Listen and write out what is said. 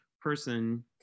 person